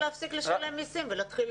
יכול להיות שצריך להפסיק לשלם מיסים ולהתחיל